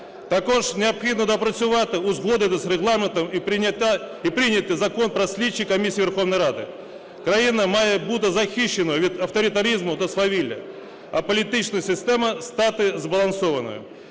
Також необхідно доопрацювати, узгодити з Регламентом і прийняти Закон про слідчі комісії Верховної Ради. Країна має бути захищеною від авторитаризму та свавілля, а політична система стати збалансованою.